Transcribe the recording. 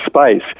space